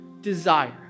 desire